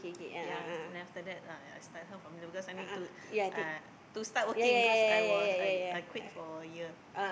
ya so then after that I start her formula because I need to uh to start working cause I was I did I quit for a year